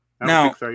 now